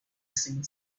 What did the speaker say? hissing